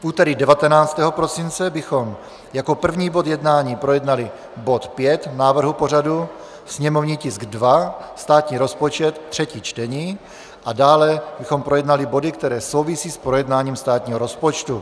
V úterý 19. prosince bychom jako první bod jednání projednali bod 5 návrhu pořadu, sněmovní tisk 2 státní rozpočet, 3. čtení, a dále bychom projednali body, které souvisí s projednáním státního rozpočtu.